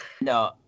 No